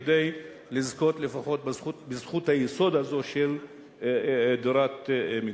כדי לזכות לפחות בזכות היסוד הזו של דירת מגורים.